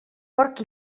porc